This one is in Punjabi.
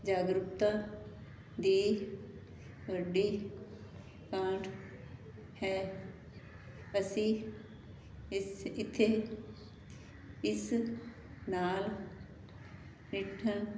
ਜਾਗਰੂਕਤਾ ਦੀ ਵੱਡੀ ਘਾਟ ਹੈ ਅਸੀਂ ਇਸ ਇੱਥੇ ਇਸ ਨਾਲ ਬੈਠਣ